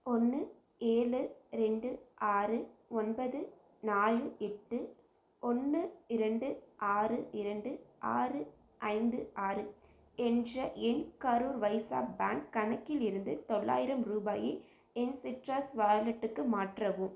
ஒன்று ஏழு ரெண்டு ஆறு ஒன்பது நாலு எட்டு ஒன்று இரண்டு ஆறு இரண்டு ஆறு ஐந்து ஆறு என்ற என் கரூர் வைசா பேங்க் கணக்கிலிருந்து தொள்ளாயிரம் ரூபாயை என் சிட்ரஸ் வாலெட்டுக்கு மாற்றவும்